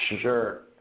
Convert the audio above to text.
Sure